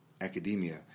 Academia